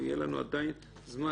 ויהיה לנו עדיין זמן,